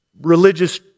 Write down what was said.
religious